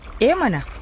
Emana